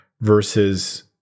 versus